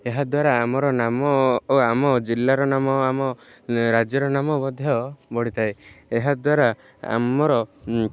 ଏହାଦ୍ୱାରା ଆମର ନାମ ଓ ଆମ ଜିଲ୍ଲାର ନାମ ଆମ ରାଜ୍ୟର ନାମ ମଧ୍ୟ ବଢ଼ିଥାଏ ଏହାଦ୍ୱାରା ଆମର